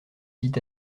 vit